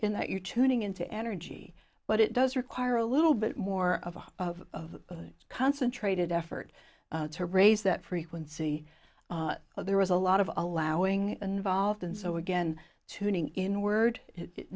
in that you're tuning into energy but it does require a little bit more of a of a concentrated effort to raise that frequency there was a lot of allowing involved and so again tuning in word